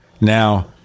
Now